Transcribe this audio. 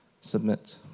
submit